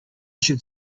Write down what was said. should